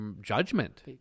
judgment